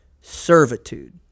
Servitude